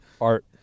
Art